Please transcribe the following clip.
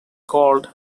called